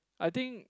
I think